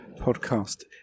Podcast